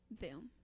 Boom